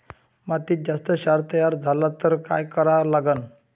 मातीत जास्त क्षार तयार झाला तर काय करा लागन?